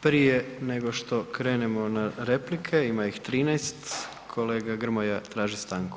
Prije nego što krenemo na replike ima ih 13, kolega Grmoja traži stanku.